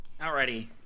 Alrighty